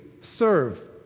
serve